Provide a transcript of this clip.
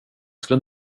skulle